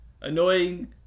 Annoying